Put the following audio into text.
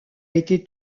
été